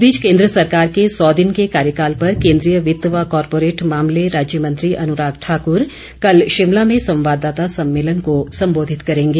इस बीच केन्द्र सरकार के सौ दिन के कार्यकाल पर केन्द्रीय वित्त व कॉरपोरेट मामले राज्य मंत्री अनुराग ठाकुर कल शिमला में संवाददाता सम्मेलन को संबोधित करेंगे